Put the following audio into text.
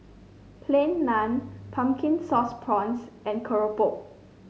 Plain Naan Pumpkin Sauce Prawns and keropok